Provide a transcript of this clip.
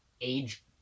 age